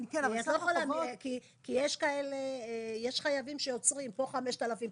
יש חייבים שיוצרים פה 5,000,